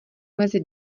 mezi